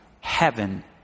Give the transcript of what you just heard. Heaven